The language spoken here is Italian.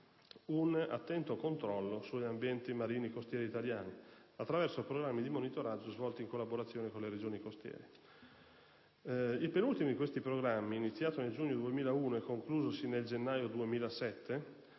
un attento controllo sugli ambienti marini costieri italiani, attraverso programmi di monitoraggio svolti in collaborazione con le Regioni costiere. II penultimo di questi programmi, iniziato nel giugno 2001 e conclusosi nel gennaio 2007,